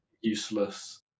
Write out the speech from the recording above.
useless